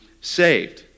saved